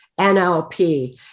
NLP